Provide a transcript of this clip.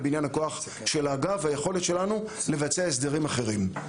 לבניין הכוח של האגף וליכולת שלנו לבצע הסדרים אחרים.